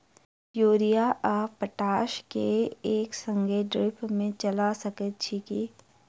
Urea आ potash केँ एक संगे ड्रिप मे चला सकैत छी की?